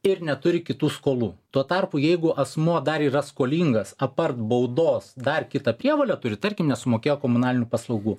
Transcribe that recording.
ir neturi kitų skolų tuo tarpu jeigu asmuo dar yra skolingas apart baudos dar kitą prievolę turi tarkim nesumokėjo komunalinių paslaugų